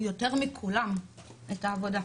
יותר מכולם את העבודה,